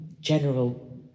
general